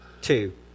two